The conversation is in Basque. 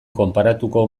konparatuko